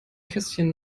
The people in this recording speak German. kästchen